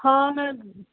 ਹਾਂ ਮੈਂ